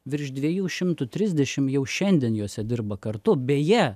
virš dviejų šimtų trisdešim jau šiandien jose dirba kartu beje